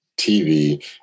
TV